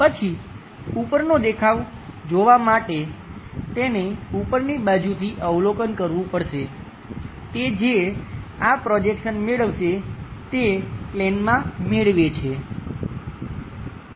પછી ઉપરનો દેખાવ જોવા માટે તેને ઉપરની બાજુથી અવલોકન કરવું પડશે તે જે આ પ્રોજેક્શન મેળવશે તે પ્લેનમાં મેળવે છે